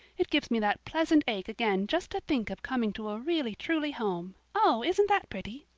it gives me that pleasant ache again just to think of coming to a really truly home. oh, isn't that pretty!